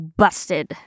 busted